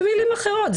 במילים אחרות,